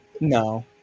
No